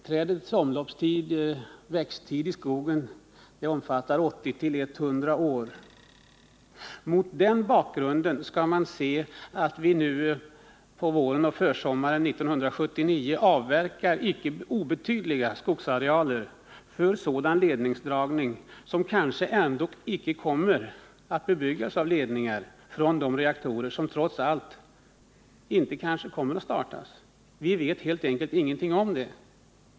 Trädets omloppstid, dess växttid i skogen, omfattar 80-100 år. Mot den bakgrunden skall man se att vi nu på våren och försommaren 1979 avverkar icke obetydliga skogsarealer för sådan ledningsdragning, som kanske ändå icke kommer att bebyggas med ledningar från de reaktorer som trots allt kanske inte kommer att startas. Vi vet ingenting om det.